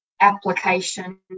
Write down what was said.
application